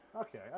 Okay